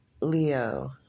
Leo